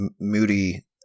moody